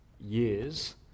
years